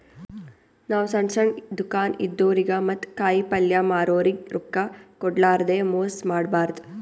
ನಾವ್ ಸಣ್ಣ್ ಸಣ್ಣ್ ದುಕಾನ್ ಇದ್ದೋರಿಗ ಮತ್ತ್ ಕಾಯಿಪಲ್ಯ ಮಾರೋರಿಗ್ ರೊಕ್ಕ ಕೋಡ್ಲಾರ್ದೆ ಮೋಸ್ ಮಾಡಬಾರ್ದ್